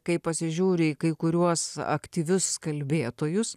kai pasižiūri į kai kuriuos aktyvius kalbėtojus